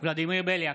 ולדימיר בליאק,